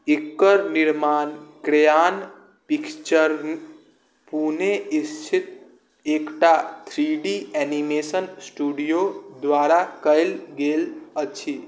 एकर निर्माण crayon picture Pune स्थित एकटा थ्री डी एनीमेशन स्टूडियो द्वारा कएल गेल अछि